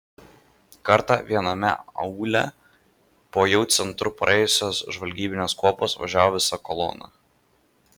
kartą viename aūle po jau centru praėjusios žvalgybinės kuopos važiavo visa kolona